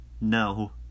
no